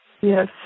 Yes